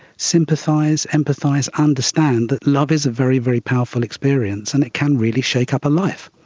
sympathise, empathise, understand that love is a very, very powerful experience and it can really shake up a life.